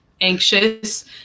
anxious